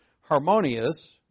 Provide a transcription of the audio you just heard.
Harmonious